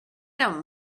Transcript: don’t